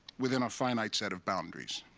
within a finite set of boundaries.